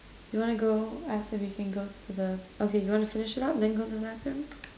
you want to go ask if we can go to the okay you want to finish it up then go to the bathroom